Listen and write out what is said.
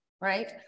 right